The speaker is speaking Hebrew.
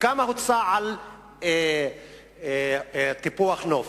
מה ההוצאה על טיפוח הנוף?